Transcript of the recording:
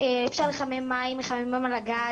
אי אפשר לחמם מים על הגז,